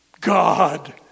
God